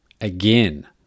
again